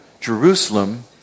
Jerusalem